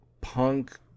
punk